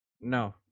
No